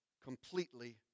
Completely